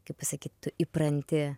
kaip pasakyt tu įpranti